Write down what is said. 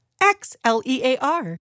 X-L-E-A-R